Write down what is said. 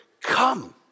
Come